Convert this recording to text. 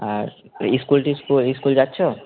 আর school টিস্কুল school যাচ্ছো